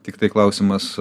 tiktai klausimas